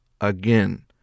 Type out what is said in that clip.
Again